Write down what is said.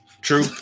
True